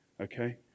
Okay